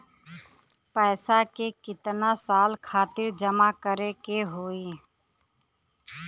पैसा के कितना साल खातिर जमा करे के होइ?